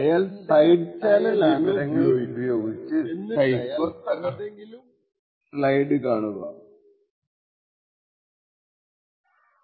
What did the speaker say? അയാൾ side channel ആണ് ഉപയോഗിക്കുക എന്നിട്ടയാൾ എന്തെങ്കിലും ഇൻഡയറക്റ്റ് ആയ വിവരങ്ങൾ ഉപയോഗിച്ച് സൈഫർ തകർക്കും